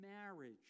marriage